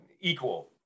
equal